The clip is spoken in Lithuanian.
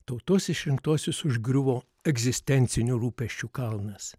tautos išrinktuosius užgriuvo egzistencinių rūpesčių kalnas